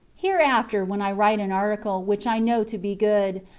hereafter, when i write an article which i know to be good,